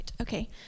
okay